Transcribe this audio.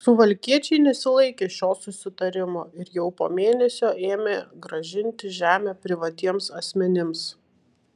suvalkiečiai nesilaikė šio susitarimo ir jau po mėnesio ėmė grąžinti žemę privatiems asmenims